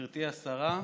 השרה,